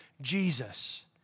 Jesus